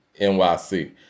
NYC